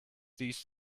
these